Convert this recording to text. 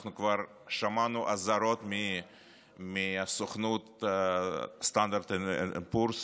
אנחנו כבר שמענו אזהרות מהסוכנות Standard & Poor's,